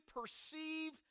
perceive